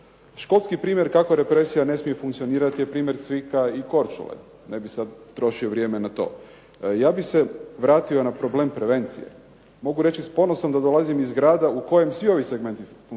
Školski primjer kako represija ne smije funkcionirati je primjer Cvika i Korčule. Ne bih sad trošio vrijeme na to. Ja bih se vratio na problem prevencije. Mogu reći s ponosom da dolazim iz grada u kojem svi ovi segmenti funkcioniraju.